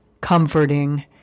comforting